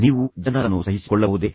ನೀವು ಸನ್ನಿವೇಶಗಳನ್ನು ಸಹಿಸಿಕೊಳ್ಳಬಹುದೇ